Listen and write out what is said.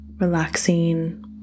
relaxing